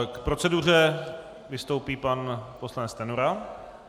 K proceduře vystoupí pan poslanec Stanjura.